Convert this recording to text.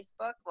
Facebook